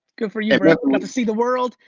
good for you bro. and got to see the world,